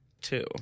Two